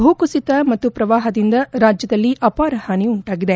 ಭೂಕುಸಿತ ಮತ್ತು ಪ್ರವಾಹದಿಂದ ರಾಜ್ಲದಲ್ಲಿ ಅಪಾರ ಹಾನಿ ಉಂಟಾಗಿದೆ